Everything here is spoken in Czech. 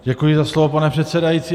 Děkuji za slovo, pane předsedající.